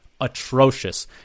atrocious